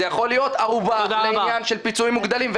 זה יכול להיות ערובה לעניין של פיצויים מוגדלים.